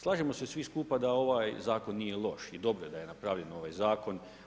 Slažemo se svi skupa da ovaj Zakon nije loš i dobro je da je napravljen ovaj Zakon.